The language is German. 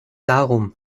darum